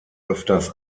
öfters